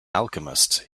alchemist